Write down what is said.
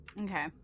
Okay